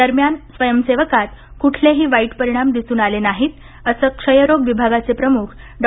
दरम्यान स्वयंसेवकात कुठलेही वाईट परिणाम दिसून आले नाहीत असे क्षयरोग विभागाचे प्रमुख डॉ